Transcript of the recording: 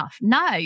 No